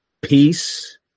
peace